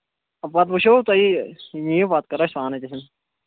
پَتہٕ وٕچھو تُہۍ نِیِو پَتہٕ کَرو أسۍ